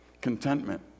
Contentment